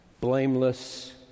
blameless